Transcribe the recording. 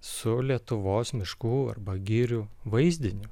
su lietuvos miškų arba girių vaizdiniu